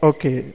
Okay